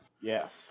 Yes